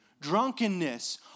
drunkenness